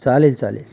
चालेल चालेल